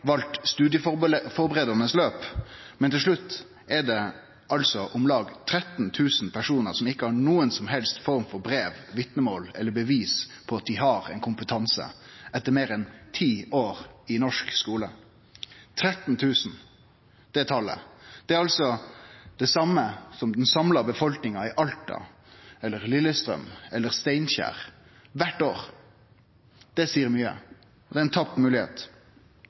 valt studieførebuande løp, men til slutt er det altså om lag 13 000 personar som ikkje har nokon som helst form for brev, vitnemål eller bevis på at dei har ein kompetanse etter meir enn ti år i norsk skule. Det talet, 13 000, er altså det same som den samla befolkninga i Alta eller Lillestrøm eller Steinkjer – kvart år. Det seier mykje, og det er ei